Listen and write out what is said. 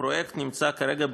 הפרויקט נמצא כרגע,